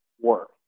work